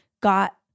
got